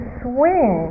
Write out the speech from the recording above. swing